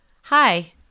Hi